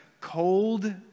cold